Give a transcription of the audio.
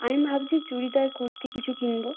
আমি ভাবছি চুরিদার কুর্তি কিছু কিনব